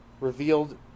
revealed